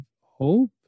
hope